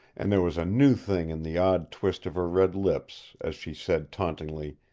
and there was a new thing in the odd twist of her red lips, as she said tauntingly.